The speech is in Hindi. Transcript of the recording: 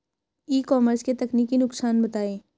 ई कॉमर्स के तकनीकी नुकसान बताएं?